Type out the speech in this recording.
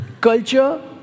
culture